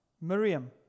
Miriam